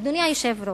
אדוני היושב-ראש,